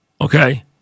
Okay